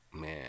man